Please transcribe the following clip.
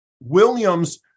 Williams